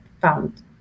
found